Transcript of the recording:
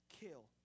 kill